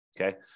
okay